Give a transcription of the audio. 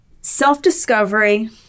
Self-discovery